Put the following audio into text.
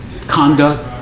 conduct